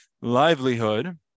livelihood